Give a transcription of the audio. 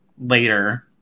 later